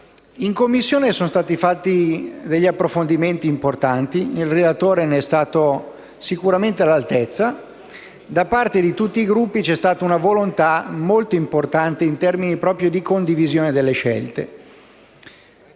In Commissione sono stati fatti approfondimenti importanti, il relatore ne è stato sicuramente all'altezza e da parte di tutti i Gruppi c'è stata una volontà molto importante, in termini proprio di condivisione delle scelte. Non